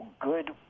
good